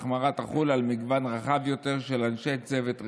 ההחמרה תחול על מגוון רחב יותר של אנשי צוות רפואי.